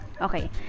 Okay